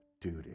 duty